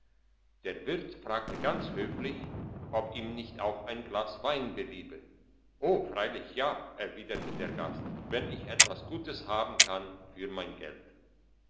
der wirt fragte ganz höflich ob ihm nicht auch ein glas wein beliebe o freilich ja erwiderte der gast wenn ich etwas gutes haben kann für mein geld